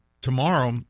tomorrow